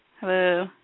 Hello